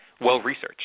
well-researched